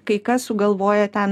kai kas sugalvoja ten